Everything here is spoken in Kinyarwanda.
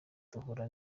duhura